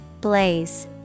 Blaze